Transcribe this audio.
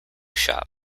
shop